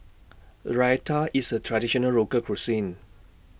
Raita IS A Traditional Local Cuisine